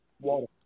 Water